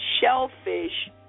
shellfish